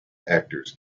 actors